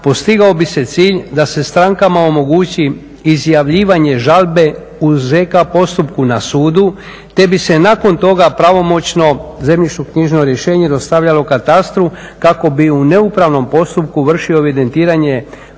postigao bi se cilj da se strankama omogući izjavljivanje žalbe u ZK postupku na sudu te bi se nakon toga pravomoćno zemljišno-knjižno rješenje dostavljalo katastru kako bi u neupravnom postupku vršio evidentiranje